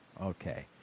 Okay